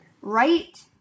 right